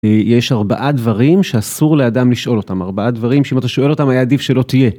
יש ארבעה דברים שאסור לאדם לשאול אותם, ארבעה דברים שאם אתה שואל אותם היה עדיף שלא תהיה.